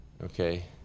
Okay